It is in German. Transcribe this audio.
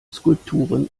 skulpturen